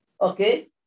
okay